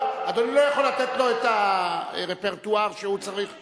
אדוני לא יכול לתת לו את הרפרטואר שהוא צריך,